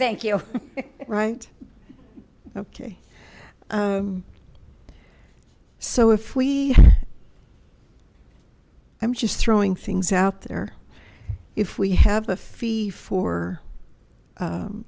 thank you right okay so if we i'm just throwing things out there if we have a fee for